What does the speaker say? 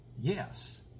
Yes